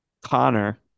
connor